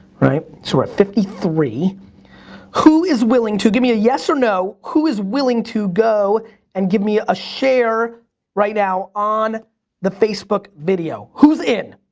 so we're at fifty three who is willing to give me a yes or no, who is willing to go and give me a a share right now on the facebook video, who's in?